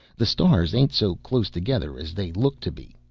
the stars ain't so close together as they look to be.